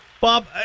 Bob